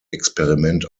experiment